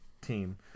team